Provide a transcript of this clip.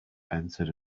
entered